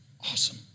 awesome